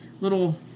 little